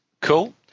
Cool